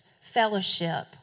fellowship